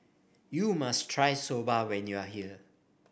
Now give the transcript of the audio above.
you must try Soba when you are here